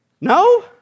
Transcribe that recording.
No